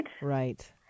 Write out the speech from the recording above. Right